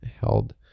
held